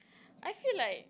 I feel like